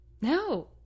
No